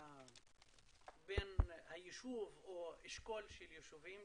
בין היישוב או האשכול של יישובים,